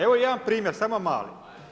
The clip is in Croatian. Evo jedan primjer samo mali.